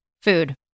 Food